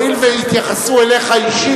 הואיל והתייחסו אליך אישית,